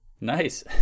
Nice